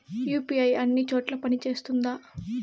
UPI అన్ని చోట్ల పని సేస్తుందా?